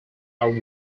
are